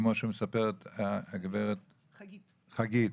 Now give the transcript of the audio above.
כמו שמספרת הגברת חגית,